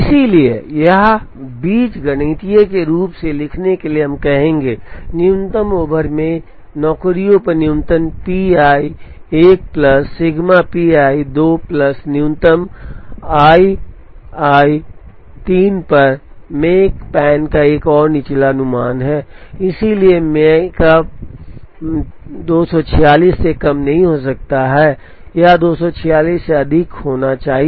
इसलिए यह बीजगणितीय रूप से लिखने के लिए हम कहेंगे न्यूनतम ओवर मैं नौकरियों पर न्यूनतम P i 1 plus sigma P i 2 plus न्यूनतम i i 3 पर मेकपैन का एक और निचला अनुमान है इसलिए मेकप 246 से कम नहीं हो सकता है यह 246 या अधिक होना चाहिए